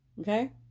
Okay